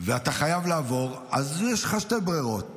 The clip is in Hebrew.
ואתה חייב לעבור, יש לך שתי ברירות: